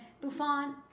bouffant